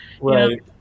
right